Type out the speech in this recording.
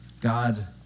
God